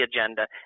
agenda